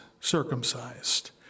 circumcised